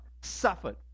suffered